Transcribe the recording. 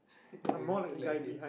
you look exactly like him